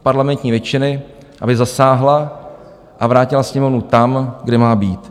parlamentní většiny, aby zasáhla a vrátila Sněmovnu tam, kde má být.